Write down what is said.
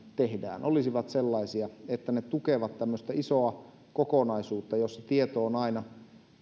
tehdään olisivat sellaisia että ne tukevat tämmöistä isoa kokonaisuutta jossa tieto on aina